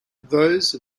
those